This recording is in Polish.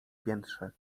piętrze